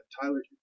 Tyler